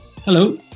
Hello